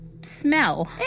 Smell